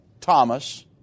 Thomas